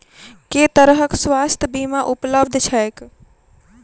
केँ तरहक स्वास्थ्य बीमा उपलब्ध छैक?